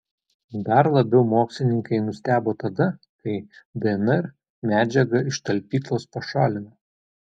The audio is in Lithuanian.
dar labiau mokslininkai nustebo tada kai dnr medžiagą iš talpyklos pašalino